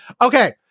Okay